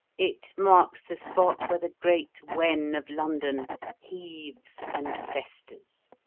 it marks the spot where the great wen of london heaves and festers.